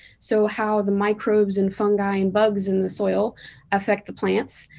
so how the microbes and fungi and bugs in the soil affect the plants.